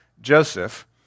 Joseph